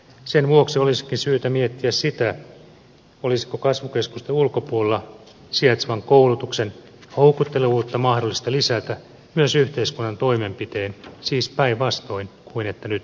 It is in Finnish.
sen vuoksi olisikin syytä miettiä sitä olisiko kasvukeskusten ulkopuolella sijaitsevan koulutuksen houkuttelevuutta mahdollista lisätä myös yhteiskunnan toimenpitein siis päinvastoin kuin että nyt lakkautetaan